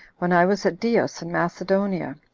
when i was at dios in macedonia,